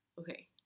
Okay